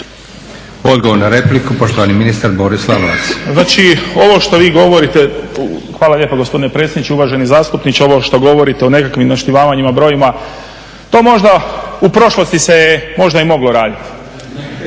Odgovor na repliku poštovani ministar Boris Lalovac. **Lalovac, Boris (SDP)** Znači ovo što vi govorite, hvala lijepa gospodine predsjedniče, uvaženi zastupniče ovo što govorite o nekakvim naštimavanjima brojeva to možda u prošlosti se možda i moglo raditi,